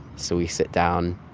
so we sit down.